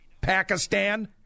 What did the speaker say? Pakistan